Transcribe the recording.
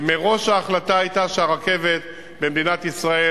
ומראש ההחלטה היתה שלרכבת במדינת ישראל